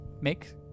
make